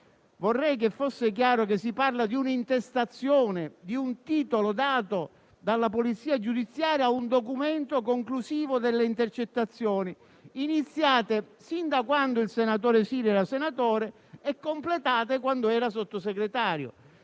Vorrei che fosse chiaro che si parla di un'intestazione, di un titolo dato dalla polizia giudiziaria a un documento conclusivo delle intercettazioni, iniziate fin da quando il senatore Siri era senatore e completate quando era Sottosegretario.